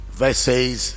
verses